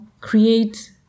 create